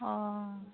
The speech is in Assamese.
অঁ